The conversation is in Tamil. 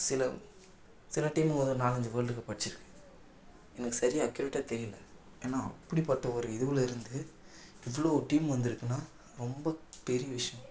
சில சில டீம் வந்து ஒரு நாலஞ்சி வேர்ல்டு கப்பு அடிச்சுருக்கு எனக்கு சரியா அக்கியூரெட்டாக தெரியல ஏன்னா அப்படிப்பட்ட ஒரு இதுவில் இருந்து இவ்வளோ டீம் வந்துருக்குன்னா ரொம்ப பெரிய விஷயம்